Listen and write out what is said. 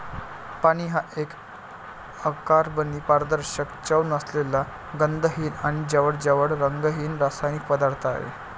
पाणी हा एक अकार्बनी, पारदर्शक, चव नसलेला, गंधहीन आणि जवळजवळ रंगहीन रासायनिक पदार्थ आहे